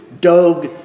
Dog